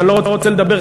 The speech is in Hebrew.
ואני לא רוצה לדבר,